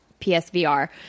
PSVR